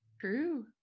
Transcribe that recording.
True